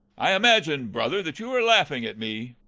i imagine, brother, that you are laughing at me.